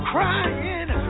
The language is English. Crying